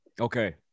Okay